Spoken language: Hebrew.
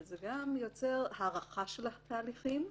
וזה גם יוצר הארכה של התהליכים,